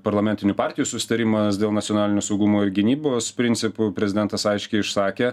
parlamentinių partijų susitarimas dėl nacionalinio saugumo ir gynybos principų prezidentas aiškiai išsakė